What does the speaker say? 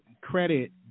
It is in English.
credit